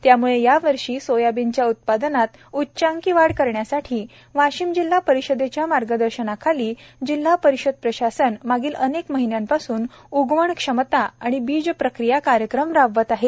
त्यामुळे यावर्षी सोयाबीनच्या उत्पादनात उच्चांकी वाढ करण्यासाठी वाशिम जिल्हा परिषदेच्या मार्गदर्शनाखाली जिल्हा परिषद प्रशासन मागील अनेक महिन्यापासून उगवन क्षमता आणि बीज प्रक्रिया कार्यक्रम राबवित आहे